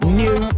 new